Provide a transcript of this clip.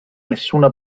nessuna